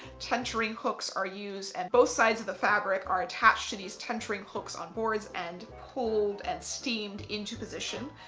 tentering hooks are used and both sides of the fabric are attached to these tentering hooks on boards and pulled and steamed into position.